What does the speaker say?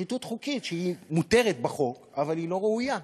שהיא מותרת בחוק, אבל היא לא ראויה,